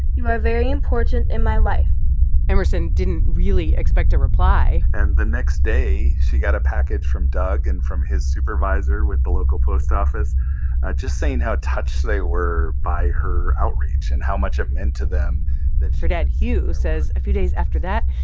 you are very important in my life emerson didn't really expect a reply and the next day, she got a package from doug and from his supervisor with the local post office just saying how touched they were by her outreach and how much it meant to them that. her dad hugh says a few days after that,